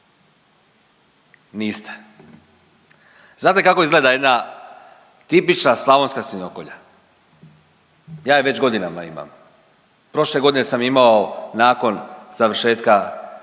Niste. Znate kako izgleda jedna tipična slavonska svinjokolja. Ja je već godinama imam. Prošle godine sam imao nakon završetka